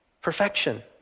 perfection